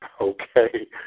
okay